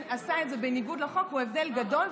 "עשה את זה בניגוד לחוק" הוא הבדל גדול,